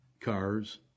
cars